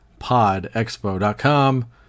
Podexpo.com